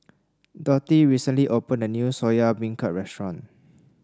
Dorthey recently opened a new Soya Beancurd Restaurant